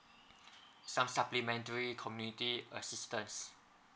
some supplementary community assistance